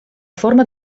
forma